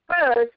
first